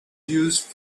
used